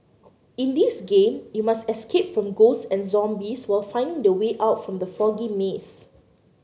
in this game you must escape from ghosts and zombies while finding the way out from the foggy maze